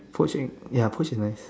poaching ya poach is nice